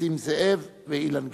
נסים זאב ואילן גילאון.